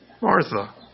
Martha